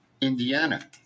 indiana